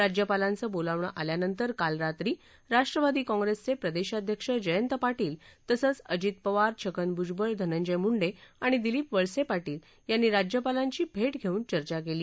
राज्यपालांचं बोलावणं आल्यानंतर काल रात्री राष्ट्रवादी काँग्रेसचे प्रदेशाध्यक्ष जयंत पारील तसंच अजित पवार छगन भुजबळ धनंजय मुंडे आणि दिलीप वळसे पार्पील यांनी राज्यपालांची भेठ घेऊन चर्चा केली